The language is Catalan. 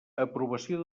aprovació